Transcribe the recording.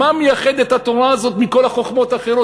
מה מייחד את התורה הזאת מכל החוכמות האחרות?